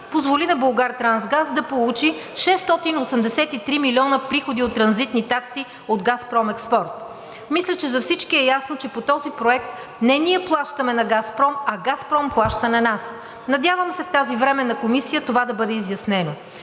позволи на „Булгартрансгаз“ да получи 683 млн. приходи от транзитни такси от „Газпром Експорт“. Мисля, че за всички е ясно, че по този проект не ние плащаме на „Газпром“, а „Газпром“ плаща на нас. Надявам се в тази временна комисия това да бъде изяснено.